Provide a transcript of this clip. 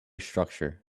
structure